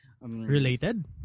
Related